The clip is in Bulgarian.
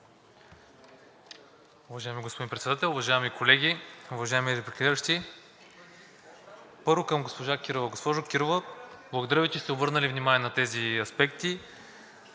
благодаря Ви, че сте обърнали внимание на тези аспекти,